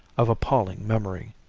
of appalling memory.